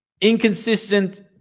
inconsistent